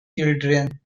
children